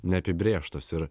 neapibrėžtos ir